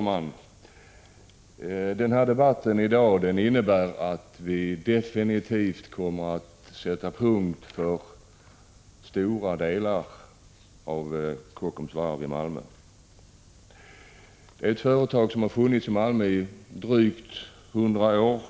Fru talman! Beslutet i dag innebär att vi definitivt kommer att sätta punkt för stora delar av Kockums varv i Malmö, ett företag som har funnits i drygt 100 år.